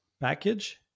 package